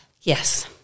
Yes